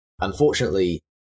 unfortunately